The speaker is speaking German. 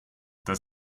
das